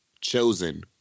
chosen